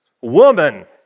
Woman